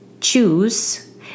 choose